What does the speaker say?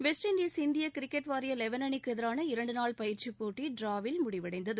west Indies இந்திய cricket வாரிய eleven அணிக்கு எதிரான இரண்டு நாள் பயிற்சிப் போட்டி டிராவில் முடிவடைந்தது